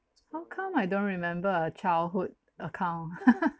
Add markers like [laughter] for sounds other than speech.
how come I don't remember a childhood account [laughs]